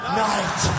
night